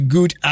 Good